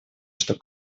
что